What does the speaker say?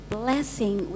blessing